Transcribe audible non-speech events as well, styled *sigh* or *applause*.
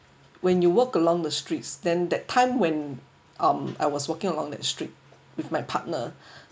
when you walk along the streets then that time when um I was walking along that street with my partner *breath*